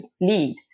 lead